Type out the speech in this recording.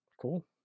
Cool